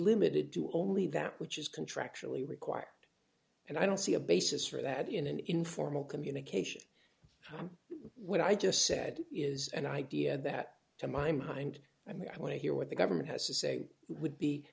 limited to only that which is contractually required and i don't see a basis for that in an informal communication from what i just said is an idea that to my mind i mean i want to hear what the government has to say would be